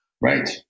Right